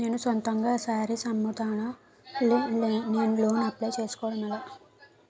నేను సొంతంగా శారీస్ అమ్ముతాడ, నేను లోన్ అప్లయ్ చేసుకోవడం ఎలా?